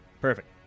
perfect